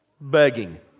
begging